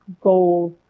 goals